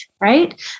right